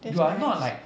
that's nice